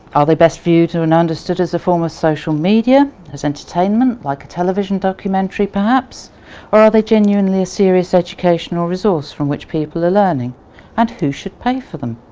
are they best viewed or and understood as a form of social media, as entertainment like a television documentary perhaps or are they genuinely a serious educational resource from which people are learning and who should pay for them?